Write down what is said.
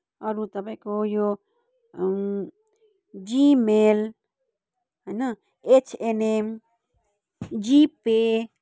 अरू तपाईँको यो जिमेल होइन एचएनएम जिपे